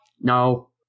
No